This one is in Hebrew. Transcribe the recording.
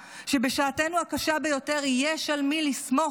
שבשעתנו הקשה ביותר יש על מי לסמוך,